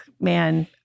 man